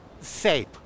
safe